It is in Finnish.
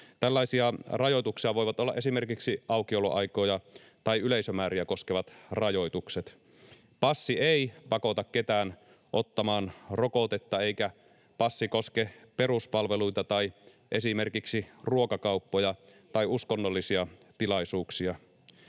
Tällaisia rajoituksia voivat olla esimerkiksi aukioloaikoja tai yleisömääriä koskevat rajoitukset. Passi ei pakota ketään ottamaan rokotetta, eikä passi koske peruspalveluita tai esimerkiksi ruokakauppoja tai uskonnollisia tilaisuuksia.